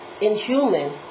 inhuman